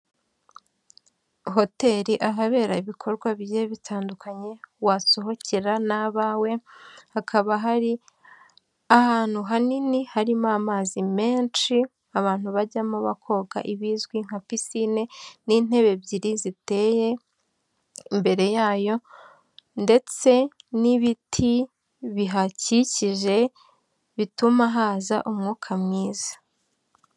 Hoteli ahabera ibikorwa bigiye bitandukanye wasohokera n'abawe, hakaba hari ahantu hanini harimo amazi menshi abantu bajyamo bakoga ibizwi nka pisine n'intebe ebyiri ziteye imbere yayo ndetse n'ibiti bihakikije bituma haza umwuka mwiza.